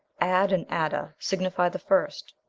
ad and ada signify the first.